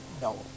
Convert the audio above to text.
No